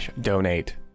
donate